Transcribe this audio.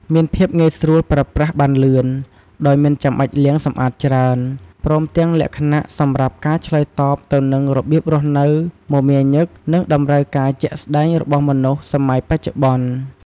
មានភាពងាយស្រួលប្រើប្រាស់បានលឿន ដោយមិនចាំបាច់លាងសម្អាតច្រើន ព្រមទាំងលក្ខណៈសម្រាប់ការឆ្លើយតបទៅនឹងរបៀបរស់នៅមមាញឹក និងតម្រូវការជាក់ស្តែងរបស់មនុស្សសម័យបច្ចុប្បន្ន។